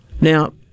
Now